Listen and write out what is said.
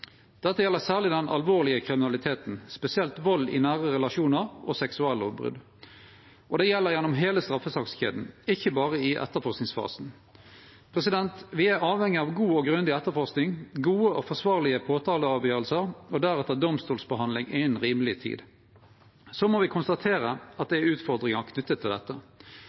Dette gjeld særleg den alvorlege kriminaliteten, spesielt vald i nære relasjonar og seksuallovbrot, og det gjeld gjennom heile straffesakskjeda, ikkje berre i etterforskingsfasen. Me er avhengige av god og grundig etterforsking, gode og forsvarlege påtaleavgjerder og deretter domstolsbehandling innan rimeleg tid. Så må me konstatere at det er utfordringar knytte til dette.